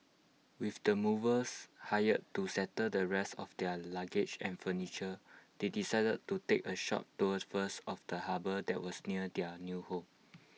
with the movers hired to settle the rest of their luggage and furniture they decided to take A short tour first of the harbour that was near their new home